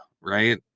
right